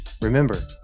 Remember